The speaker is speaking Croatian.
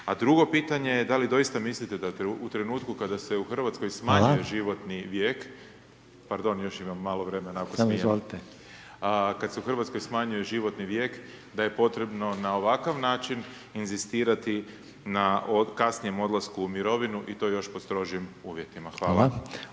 A drugo pitanje j da li dosita mislite da u trenutku kada se u Hrvatskoj smanjuje životni vijek, pardon, još imam malo vremena ako smijem …/Upadica; Samo izvolite./… kada se u Hrvatskoj smanjuje životni vijek, da je potrebno na ovakav način inzistirati na kasniju odlasku u mirovinu i to još pod strožim uvjetima? Hvala.